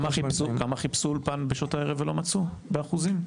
כמה חיפשו אולפן בשעות הערב ולא מצאו, באחוזים?